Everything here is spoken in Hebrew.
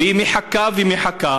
והיא מחכה ומחכה